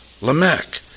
Lamech